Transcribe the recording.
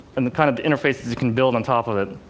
and the kind of interfaces you can build on top of it.